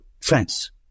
France